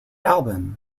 album